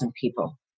people